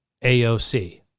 AOC